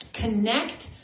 Connect